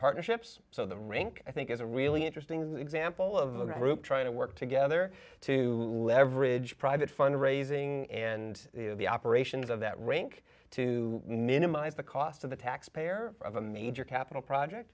partnerships so the rank i think is a really interesting example of the group trying to work together to leverage private fund raising and the operations of that rank to minimize the cost of the taxpayer of a major capital project